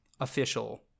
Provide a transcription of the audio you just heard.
official